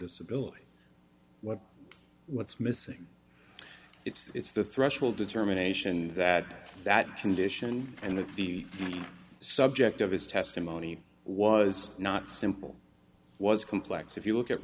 disability what what's missing it's the threshold determination that that condition and that the subject of his testimony was not simple was complex if you look at